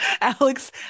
Alex